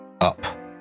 up